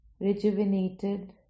rejuvenated